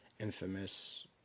infamous